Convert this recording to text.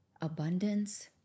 abundance